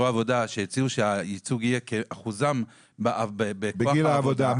העבודה שהציעו שהייצוג יהיה כאחוזם מכוח העבודה.